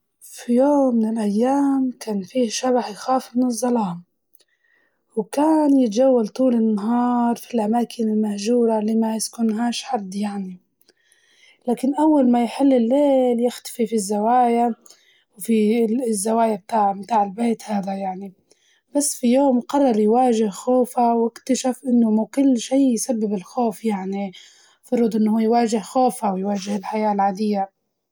في يوم من الأيام كان فيه شبح بيخاف من الظلام، وكان يتجول طول النهار في الأماكن المهجورة اللي ما يسكنهاش حد يعني، لكن أول ما يحل الليل يختفي في الزوايا في الزوايا بتاع متاع البيت هذا يعني بس في يوم قرر يواجه خوفه واكتشف إنه مو كل شي يسبب الخوف يعني المفروض إنه يواجه خوفه ويواجه الحياة العادية.